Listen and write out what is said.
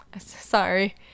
Sorry